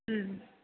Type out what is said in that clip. ம்